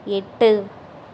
எட்டு